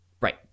right